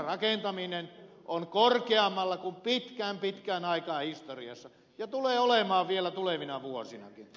infrarakentaminen on korkeammalla kuin pitkään pitkään aikaan historiassa ja tulee olemaan vielä tulevina vuosinakin